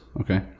Okay